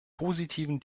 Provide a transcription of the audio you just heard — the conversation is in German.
positiven